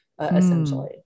essentially